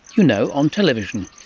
you know, on television.